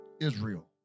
Israel